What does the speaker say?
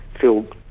feel